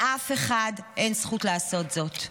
לאף אחד אין זכות לעשות זאת.